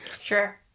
Sure